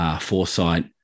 foresight